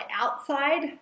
outside